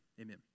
amen